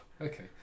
Okay